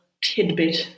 tidbit